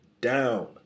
down